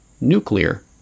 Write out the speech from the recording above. nuclear